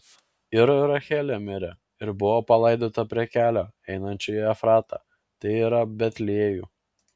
ir rachelė mirė ir buvo palaidota prie kelio einančio į efratą tai yra betliejų